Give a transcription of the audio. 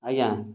ଆଜ୍ଞା